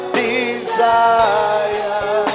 desire